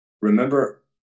remember